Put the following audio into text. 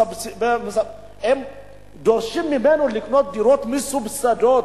הם דורשים מהם לקנות דירות מסובסדות,